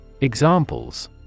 Examples